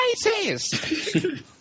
racist